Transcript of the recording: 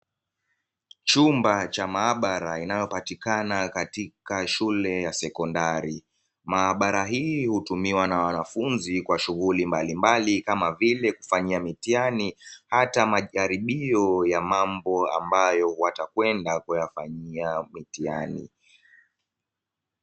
Chumba cha maabara inayopatikana katika shule ya sekondari, maabara hii hutumiwa na wanafunzi kwa shughuli mbalimbali kama vile kufanyia mithani, hata majaribio ya mambo ambayo watakwenda kuyafanyia mitihani.